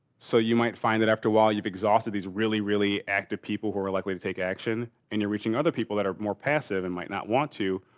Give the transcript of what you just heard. so, you might find that after a while you've exhausted these really really active people who are likely to take action and you're reaching other people that are more passive and might not want to,